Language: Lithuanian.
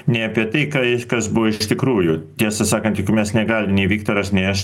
ne apie tai kai kas buvo iš tikrųjų tiesą sakant juk mes negalim nei viktoras nei aš